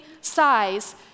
size